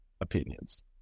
opinions